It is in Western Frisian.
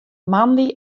moandei